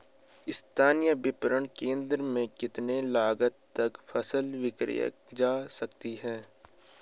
स्थानीय विपणन केंद्र में कितनी लागत तक कि फसल विक्रय जा सकती है?